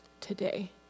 today